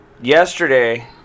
yesterday